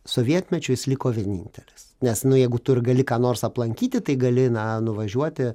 sovietmečiu jis liko vienintelis nes nu jeigu tu ir gali ką nors aplankyti tai gali na nuvažiuoti